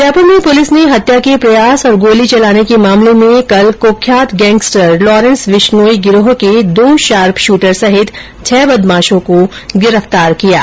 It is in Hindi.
जयपुर में पुलिस ने हत्या के प्रयास और गोली चलाने के मामले में कल कुख्यात गैंगस्टर लॉरेन्स विश्नोई गिर्रोह के दो शार्प शूटर सहित छह बदमाशों को गिरफ्तार किया है